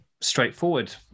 straightforward